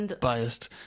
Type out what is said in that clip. Biased